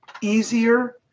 easier